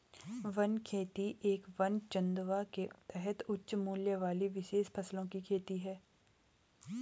one खेती एक वन चंदवा के तहत उच्च मूल्य वाली विशेष फसलों की खेती है